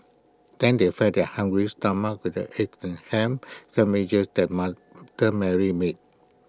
then they fed their hungry stomachs with the egg and Ham Sandwiches that that Mary made